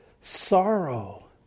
sorrow